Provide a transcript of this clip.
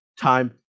time